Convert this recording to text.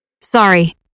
Sorry